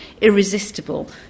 irresistible